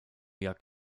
jak